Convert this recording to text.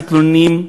מתלוננים,